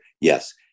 Yes